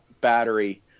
battery